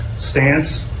stance